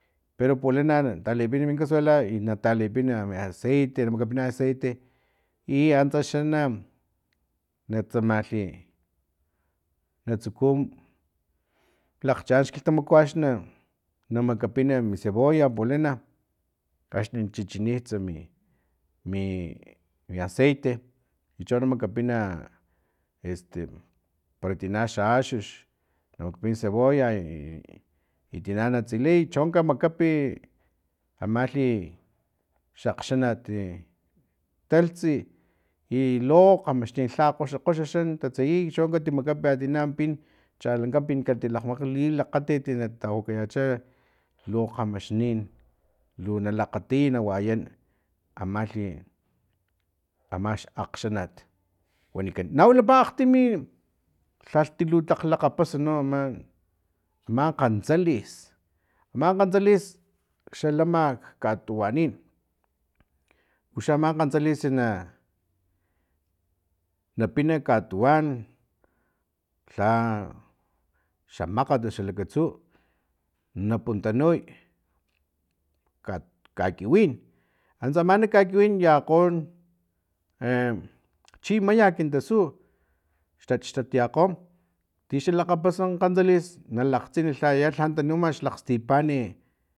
Pero pulana na talipina min kasuela i natalipina mi aceite na makapina mi aceite iantsa xa na na tsamalhi natsuku lakgchaan xkilhtamaku axna na makapina mi cebolla pulana axni chichinits mi mi aceite i cho na makapina na este para tina xa axux na makapina cebolla i tina na tsiliy cho kamakapi amalhi xakgxanat e taltsi ilo kgamaxnin lha kgoxa kgoxa xa na tsiliy katimakapi tina pin chalankapin ka tilakgmakapi lilakgatit natawakayacha lo kgamaxnin lu na lakgatiya na wayan amalhi ama xakgxanat wanikan. na wilapa akgtimi lhalhti lu lakgapasa nunts no ama ma kgantsalis aman kgantsalis xa lama nak katuwanin axa ama kgantsalis na na pina katuwan lha xamakgat osu xa lakatsu na puntanuy kakiwin antsa ma nak kakiwin yakgo echi mayak tasu xtat xtat yakgo tixa lakgapasa kgantsalis nalakgtsin lha ya lhan tanuma xlakgstipan e